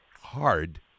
hard